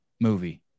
movie